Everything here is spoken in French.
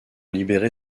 libérer